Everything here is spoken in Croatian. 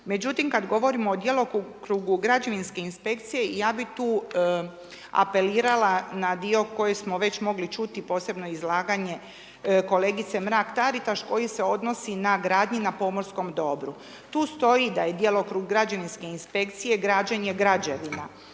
Međutim kad govorimo o djelokrugu građevinske inspekcije, ja bi tu apelirala na dio koji smo već mogli čuti, posebno izlaganje kolegice Mrak-Taritaš, koji se odnosi na gradnji na pomorskom dobru. Tu stoji da je djelokrug građevinske inspekcije građenje građevina,